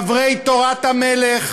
חברי "תורת המלך",